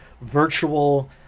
virtual